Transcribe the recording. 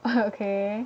okay